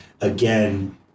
again